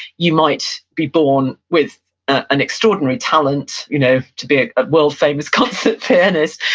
you might be born with an extraordinary talent, you know to be a world famous concert pianist,